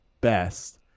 best